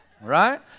right